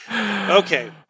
Okay